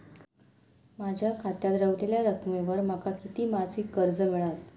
माझ्या खात्यात रव्हलेल्या रकमेवर माका किती मासिक कर्ज मिळात?